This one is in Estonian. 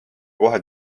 kohe